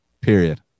period